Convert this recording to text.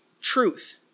truth